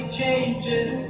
changes